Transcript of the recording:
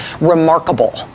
remarkable